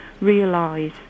realise